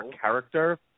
character